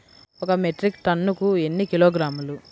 ఒక మెట్రిక్ టన్నుకు ఎన్ని కిలోగ్రాములు?